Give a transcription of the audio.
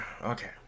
Okay